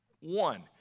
One